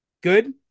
Good